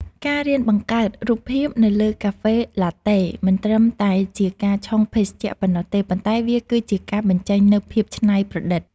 ការរៀនបង្កើតរូបភាពនៅលើកាហ្វេឡាតេមិនត្រឹមតែជាការឆុងភេសជ្ជៈប៉ុណ្ណោះទេ ប៉ុន្តែវាគឺជាការបញ្ចេញនូវភាពច្នៃប្រឌិត។